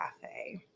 cafe